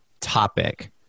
topic